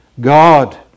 God